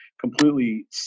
completely